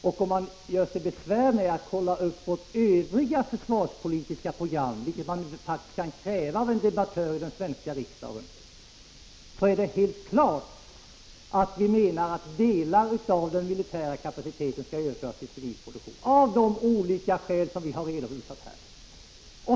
Om man gör sig besvär med att kolla upp vårt försvarspolitiska program i övrigt — vilket faktiskt kan krävas av en debattör i den svenska riksdagen — står det helt klart att vi menar att det är delar av den militära kapaciteten som skall överföras till civil produktion, av de olika skäl som vi har redovisat.